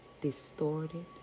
distorted